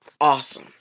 awesome